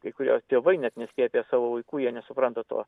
kai kurie tėvai net neskiepija savo vaikų jie nesupranta to